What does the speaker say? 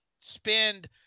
spend